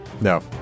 No